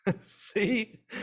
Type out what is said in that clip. see